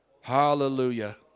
Hallelujah